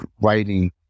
writing